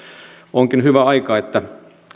onkin hyvä aika että